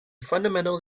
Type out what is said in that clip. fundamental